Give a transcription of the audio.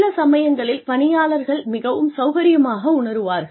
சில சமயங்களில் பணியாளர்கள் மிகவும் சௌகரியமாக உணருவார்கள்